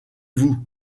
vous